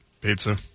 Pizza